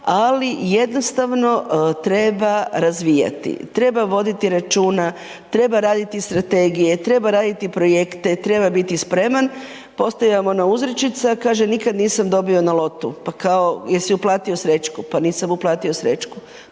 ali jednostavno treba razvijati, treba voditi računa, treba raditi strategije, treba raditi projekte, treba biti spreman. Postoji vam ona uzrečica, kaže nikada nisam dobio na lotu. Pa kao jesi uplatio srećku? Pa nisam uplatio srećku.